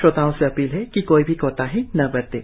श्रोताओं से अपील है कि कोई भी कोताही न बरतें